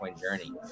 journey